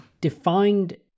defined